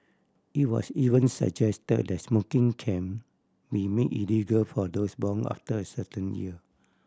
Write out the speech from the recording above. it was even suggest the smoking can we made illegal for those born after a certain year